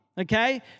Okay